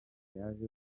yaje